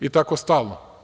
I tako stalno.